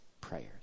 prayers